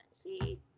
See